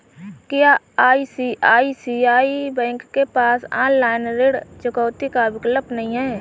क्या ICICI bank के पास ऑनलाइन ऋण चुकौती का विकल्प नहीं है?